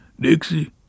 Dixie